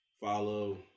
follow